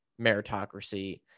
meritocracy